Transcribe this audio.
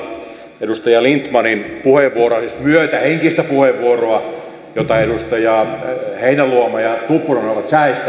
häkellyttävää oli kuunnella edustaja lindtmanin puheenvuoroa siis myötähenkistä puheenvuoroa jota edustajat heinäluoma ja tuppurainen ovat säestäneet